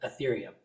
Ethereum